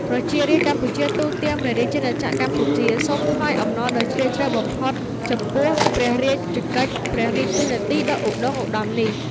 ប្រជារាស្រ្តកម្ពុជាទូទាំង ព្រះរាជាណាចក្រកម្ពុជា សូមថ្វាយអំណរដ៏ជ្រាលជ្រៅបំផុត ចំពោះព្ររាជកិច្ច ព្រះរាជតួនាទីដ៏ឧត្តុង្គឧត្តមនេះ។